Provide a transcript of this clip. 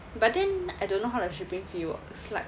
but then I don't know how the shipping works is like